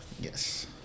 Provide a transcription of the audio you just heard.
Yes